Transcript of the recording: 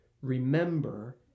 Remember